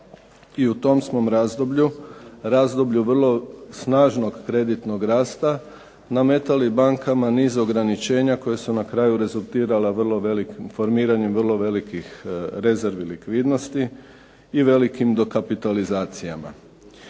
i u tom smo razdoblju, razdoblju vrlo snažnog kreditnog rasta nametali bankama niz ograničenja koja su na kraju rezultirala formiranjem vrlo velikih rezervi likvidnosti i velikim dokapitalizacijama.